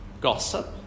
Gossip